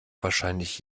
wahrscheinlich